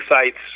sites